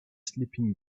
sleeping